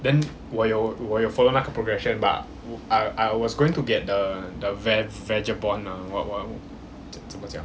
then 我有我有 follow 那个 progression but I I was going to get the the vag~ vagabond ah what what 怎怎怎么讲